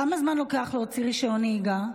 כמה זמן לוקח להוציא רישיון נהיגה?